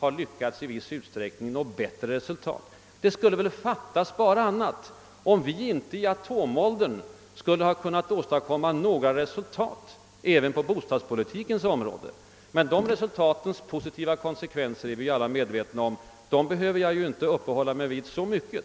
medverkat härtill. Det skulle bara fattas om vi inte i atomåldern skulle ha kunnat åstadkomma resultat även på bostadspolitikens område! De positiva konsekvenserna är vi alla medvetna om, och dem behöver jag inte uppehålla mig så mycket vid.